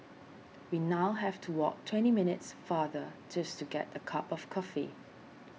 we now have to walk twenty minutes farther just to get a cup of coffee